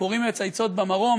ציפורים מצייצות במקום,